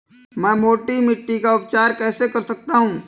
मैं मोटी मिट्टी का उपचार कैसे कर सकता हूँ?